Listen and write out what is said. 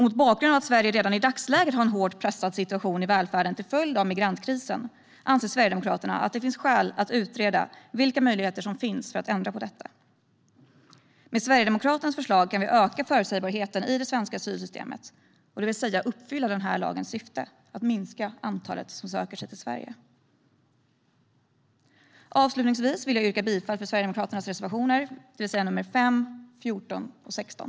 Mot bakgrund av att Sverige redan i dagsläget har en hårt pressad situation i välfärden till följd av migrantkrisen anser Sverigedemokraterna att det finns skäl att utreda vilka möjligheter som finns att ändra på detta. Med Sverigedemokraternas förslag kan vi öka förutsägbarheten i det svenska asylsystemet, det vill säga uppfylla lagens syfte att minska antalet som söker sig till Sverige. Avslutningsvis vill jag yrka bifall till Sverigedemokraternas reservationer, det vill säga nr 5, 14 och 16.